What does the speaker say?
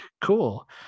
Cool